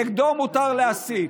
נגדו מותר להסית.